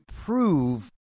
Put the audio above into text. prove